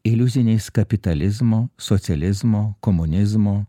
iliuziniais kapitalizmo socializmo komunizmo